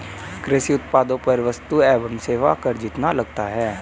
कृषि उत्पादों पर वस्तु एवं सेवा कर कितना लगता है?